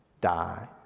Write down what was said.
die